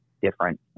different